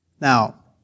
Now